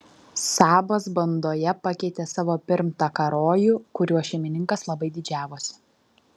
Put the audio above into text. sabas bandoje pakeitė savo pirmtaką rojų kuriuo šeimininkas labai didžiavosi